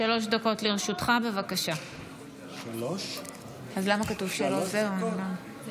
גם הצעת החוק הזו עברה בקריאה טרומית ותועבר לוועדת החינוך,